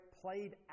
played